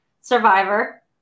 survivor